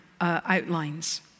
outlines